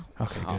Okay